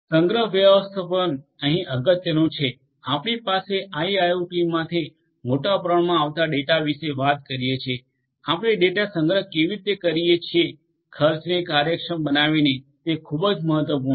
સંગ્રહ વ્યસ્થાપન અહીં અગત્યનું છે આપણે આઇઆઇઓટીમાંથી મોટા પ્રમાણમાં આવતા ડેટા વિશે વાત કરીએ છીએ આપણે ડેટા સંગ્રહ કેવી રીતે કરીએ છીએ ખર્ચને કાર્યક્ષમ બનાવીને તે ખૂબ જ મહત્વપૂર્ણ છે